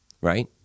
right